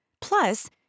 plus